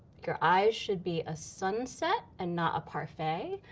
your eyes should be a sunset and not a parfait.